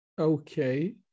Okay